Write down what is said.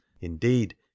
Indeed